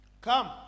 Come